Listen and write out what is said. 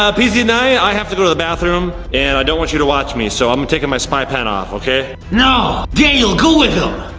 ah p z nine, i have to go to the bathroom, and i don't want you to watch me, so i'm taking my spy pen off, okay? no. daniel, go with him.